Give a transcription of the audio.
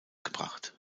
gebracht